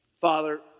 Father